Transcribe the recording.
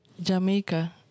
Jamaica